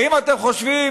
האם אתם חושבים